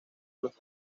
los